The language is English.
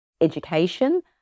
education